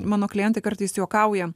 mano klientai kartais juokauja